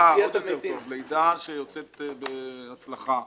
לידה שיוצאת בהצלחה.